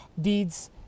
deeds